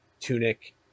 Tunic